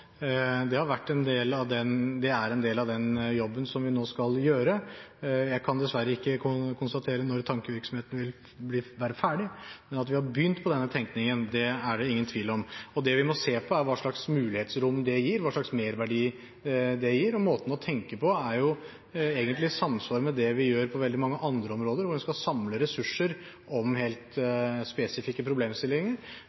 tankearbeidet har vi begynt på. Det er en del av den jobben som vi nå skal gjøre. Jeg kan dessverre ikke konstatere når tankevirksomheten vil være ferdig, men at vi har begynt på denne tenkningen, er det ingen tvil om. Det vi må se på, er hvilket mulighetsrom det gir, og hva slags merverdi det gir, og måten å tenke på er jo egentlig i samsvar med det vi gjør på veldig mange andre områder, hvor en skal samle ressurser om helt spesifikke problemstillinger.